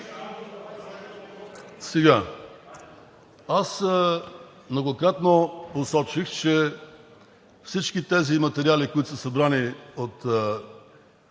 Аз многократно посочих, че всички тези материали, които са събрани от